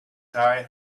tie